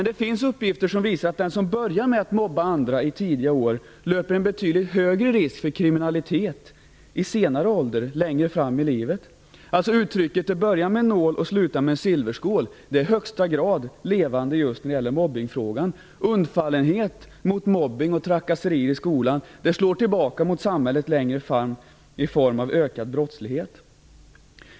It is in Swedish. Det finns uppgifter som visar att de som börjar mobba andra i tidiga år löper en betydligt högre risk för kriminalitet längre fram i livet. Uttrycket "det börjar med en nål och slutar med en silverskål" är i högsta grad levande just när det gäller mobbningsfrågan. Undfallenhet i fråga om mobbning och trakasserier i skolan slår tillbaka mot samhället längre fram i form av ökad brottslighet.